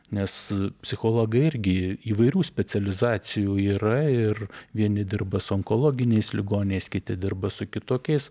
nes psichologai irgi įvairių specializacijų yra ir vieni dirba su onkologiniais ligoniais kiti dirba su kitokiais